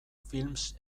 films